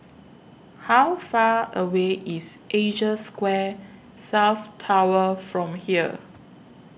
How Far away IS Asia Square South Tower from here